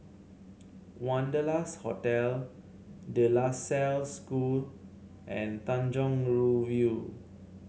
Wanderlust Hotel De La Salle School and Tanjong Rhu View